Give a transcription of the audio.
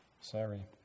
Sorry